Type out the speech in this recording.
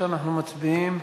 אנחנו מצביעים.